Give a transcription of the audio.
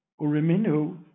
Uriminu